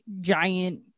Giant